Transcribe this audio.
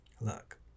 look